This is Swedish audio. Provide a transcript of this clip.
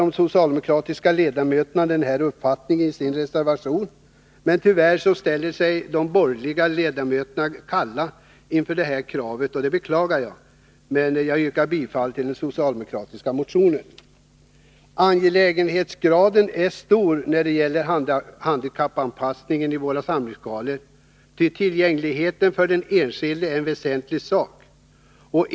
De socialdemokratiska ledamöterna i utskottet delar i sin reservation denna uppfattning. De borgerliga ledamöterna ställer sig däremot kallsinniga till kravet, och det vill jag beklaga. Jag yrkar bifall till den socialdemokratiska motionen. Handikappanpassningen av våra samlingslokaler är en fråga av hög angelägenhetsgrad, eftersom dessa lokalers tillgänglighet är väsentlig för de enskilda människorna.